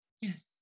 Yes